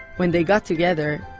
when they got together,